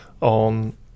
on